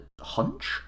hunch